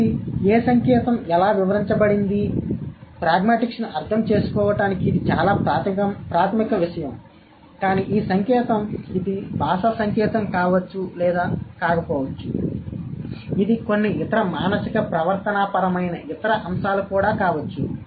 కాబట్టి ఏ సంకేతం ఎలా వివరించబడింది కాబట్టి ప్రాగ్మాటిక్స్ను అర్థం చేసుకోవడానికి ఇది చాలా ప్రాథమిక విషయం కానీ ఈ సంకేతం ఇది భాషా సంకేతం కావచ్చు లేదా కాకపోవచ్చు ఇది కొన్ని ఇతర మానసిక ప్రవర్తనాపరమైన ఇతర ఇతర అంశాలు కావచ్చు